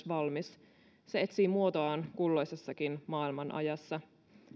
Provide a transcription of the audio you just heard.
valmis se etsii muotoaan kulloisessakin maailmanajassa